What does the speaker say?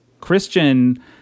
Christian